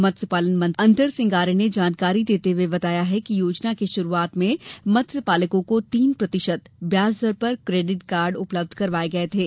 मत्स्य पालन मंत्री अंतर सिंह आर्य जानकारी देते हुये बताया कि योजना की शुरूआत में मत्स्य पालकों को तीन प्रतिशत ब्याज दर पर क्रैडिट कार्ड उपलब्य करवाये गये थे